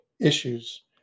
issues